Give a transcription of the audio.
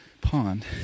pond